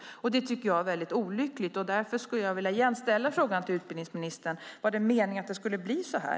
Detta tycker jag är väldigt olyckligt. Därför skulle jag igen vilja ställa frågan till utbildningsministern: Var det meningen att det skulle bli så här?